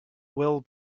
well